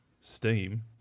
Steam